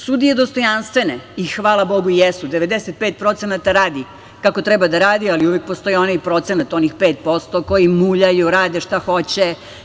Sudije dostojanstvene i hvala Bogu jesu, 95% radi kako treba da radi, ali uvek postoji onaj procenat, onih 5% koji muljaju, rade šta hoće.